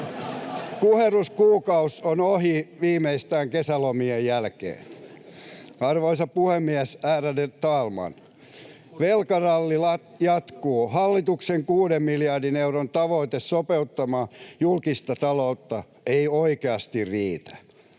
Kuherruskuukausi on ohi viimeistään kesälomien jälkeen. Arvoisa puhemies, ärade talman! Velkaralli jatkuu. Hallituksen kuuden miljardin euron tavoite sopeuttaa julkista taloutta ei oikeasti riitä.